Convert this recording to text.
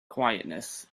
quietness